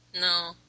No